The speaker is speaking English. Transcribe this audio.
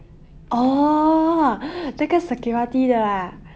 orh 那个 security 的 ah